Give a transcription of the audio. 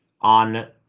on